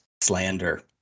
slander